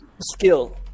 Skill